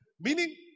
Meaning